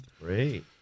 Great